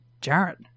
Jarrett